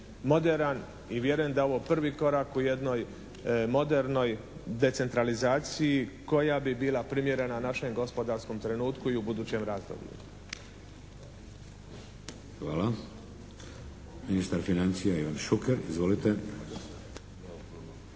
moderan i vjerujem da je ovo prvi korak u jednoj modernoj decentralizaciji koja bi bila primjerena našem gospodarskom trenutku i u budućem razdoblju.